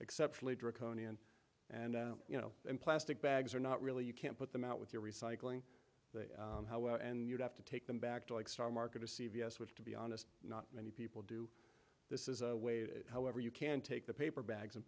exceptionally draconian and you know in plastic bags are not really you can't put them out with your recycling how and you have to take them back to like star market or c v s which to be honest not many people do this is a way to however you can take the paper bags and